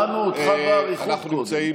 שמענו אותך באריכות קודם.